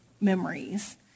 memories